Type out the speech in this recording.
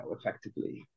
effectively